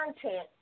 content